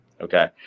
Okay